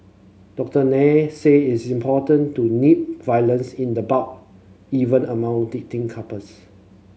Doctor Nair said it's important to nip violence in the bud even among dating couples